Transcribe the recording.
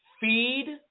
feed